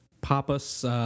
Papas